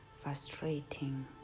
frustrating